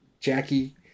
Jackie